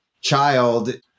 child